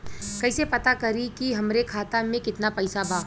कइसे पता करि कि हमरे खाता मे कितना पैसा बा?